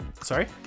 Sorry